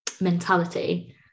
mentality